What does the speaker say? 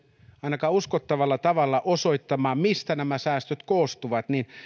ainakaan uskottavalla tavalla osoittamaan mistä nämä säästöt koostuvat niin